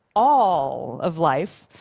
all of life,